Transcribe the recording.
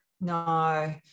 No